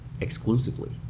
exclusively